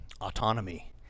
autonomy